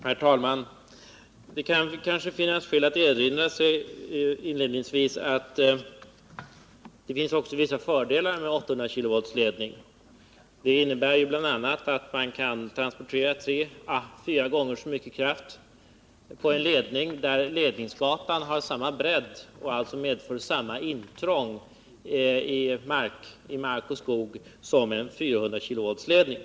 Herr talman! Inledningsvis kan det kanske vara skäl att erinra sig att det också finns vissa fördelar med 800-kV-ledningar. Bl. a. innebär det att man kan transportera tre å fyra gånger så mycket kraft i en ledning där ledningsgatan har samma bredd, och alltså medför samma intrång i naturen, som en 400-kV-ledning.